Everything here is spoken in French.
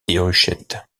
déruchette